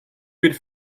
bir